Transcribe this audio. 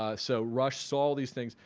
ah so rush saw these things.